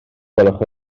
gwelwch